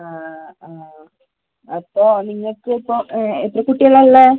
ആ ആ ആ അപ്പോൾ നിങ്ങൾക്ക് ഇപ്പോൾ എത്ര കുട്ടികളാണ് ഉള്ളത്